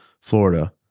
Florida